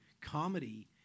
Comedy